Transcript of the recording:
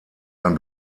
ein